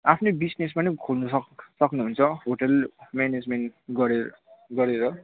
आफ्नै बिजनेस पनि खोल्नु सक् सक्नुहुन्छ होटल म्यानेजमेन्ट गरेर गरेर